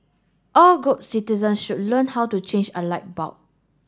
all good citizen should learn how to change a light bulb